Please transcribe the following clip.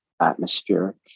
atmospheric